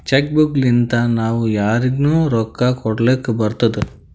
check book ಲಿಂತಾ ನಾವೂ ಯಾರಿಗ್ನು ರೊಕ್ಕಾ ಕೊಡ್ಲಾಕ್ ಬರ್ತುದ್